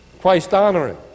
Christ-honoring